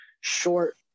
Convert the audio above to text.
short